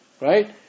Right